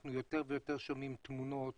ואנחנו יותר ויותר שומעים ורואים תמונות